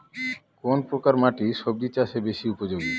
কোন প্রকার মাটি সবজি চাষে বেশি উপযোগী?